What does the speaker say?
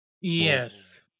yes